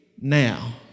now